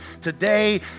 today